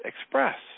express